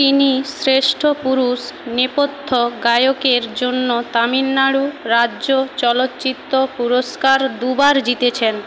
তিনি শ্রেষ্ঠ পুরুষ নেপথ্য গায়কের জন্য তামিলনাড়ু রাজ্য চলচ্চিত্র পুরস্কার দুবার জিতেছেন